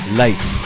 life